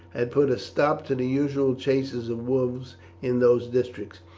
had put a stop to the usual chases of wolves in those districts,